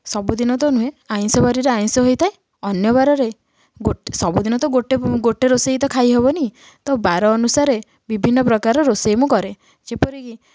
ସବୁଦିନ ତ ନୁହେଁ ଆଇଁଷ ବାରିରେ ଆଇଁଷ ହେଇଥାଏ ଅନ୍ୟ ବାରରେ ସବୁଦିନ ତ ଗୋଟେ ଗୋଟେ ରୋଷେଇ ତ ଖାଇହବନି ତ ବାର ଅନୁସାରେ ବିଭିନ୍ନ ପ୍ରକାର ରୋଷେଇ ମୁଁ କରେ ଯେପରିକି